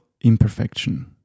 imperfection